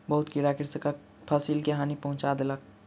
बहुत कीड़ा कृषकक फसिल के हानि पहुँचा देलक